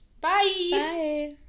Bye